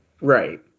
Right